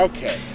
Okay